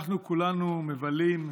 אנחנו כולנו מבלים,